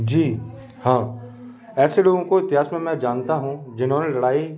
जी हाँ ऐसे लोगों को इतिहास में मैं जानता हूँ जिन्होंने लड़ाई